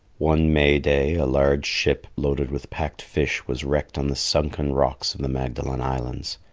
one may day a large ship loaded with packed fish was wrecked on the sunken rocks of the magdalene islands.